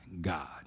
God